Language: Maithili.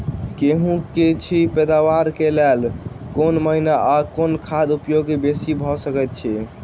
गेंहूँ की अछि पैदावार केँ लेल केँ महीना आ केँ खाद उपयोगी बेसी भऽ सकैत अछि?